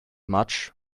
much